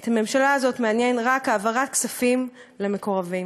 את הממשלה הזאת מעניינת רק העברת כספים למקורבים.